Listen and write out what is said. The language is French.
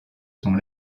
son